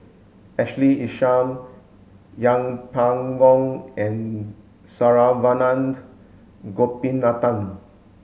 Ashley Isham Yeng Pway Ngon and Saravanan Gopinathan